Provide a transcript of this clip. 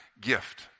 gift